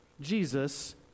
Jesus